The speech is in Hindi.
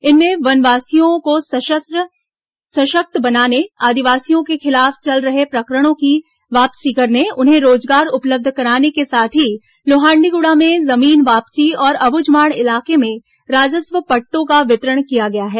इनमें वनवासियों को सशक्त बनाने आदिवासियों के खिलाफ चल रहे प्रकरणों की वापसी करने उन्हें रोजगार उपलब्ध कराने के साथ ही लोहंडीगुड़ा में जमीन वापसी और अब्झमाड़ इलाके में राजस्व पट्टों का वितरण किया गया है